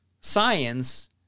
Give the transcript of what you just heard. science